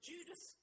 Judas